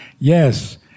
yes